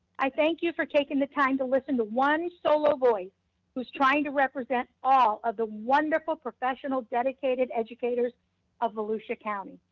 i thank you for taking the time to listen to one solo voice who's trying to represent all of the wonderful professional dedicated educators of volusia county.